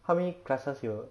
how many classes you